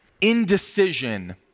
indecision